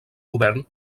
govern